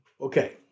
Okay